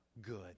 good